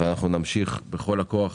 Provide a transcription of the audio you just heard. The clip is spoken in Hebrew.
ואנחנו נמשיך בכל הכוח.